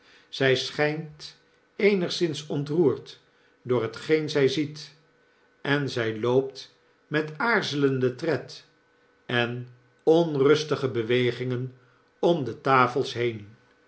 zij schijnt eenigszins ontroerd door hetgeen zij ziet en zy loopt met aarzelenden tred en onrustige bewegingen om de tafels heen